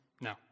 No